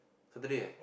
Saturday eh